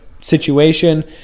situation